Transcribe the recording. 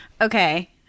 Okay